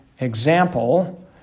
example